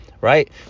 right